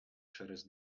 через